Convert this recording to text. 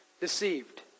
deceived